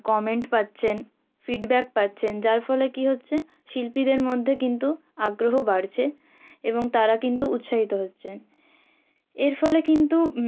comment পাচ্ছেন feedback পাচ্ছেন যার ফলে কি হচ্ছে শিল্পীদের মধ্যে কিন্তু আগ্রহ বাড়ছে এবং তারা কিন্তু উৎসাহিত হচ্ছেন এর ফলে কিন্তু